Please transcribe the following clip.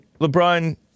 LeBron